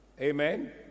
Amen